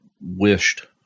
wished